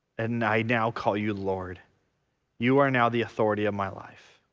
and i now call you lord you are now the authority of my life